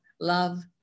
love